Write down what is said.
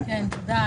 תודה.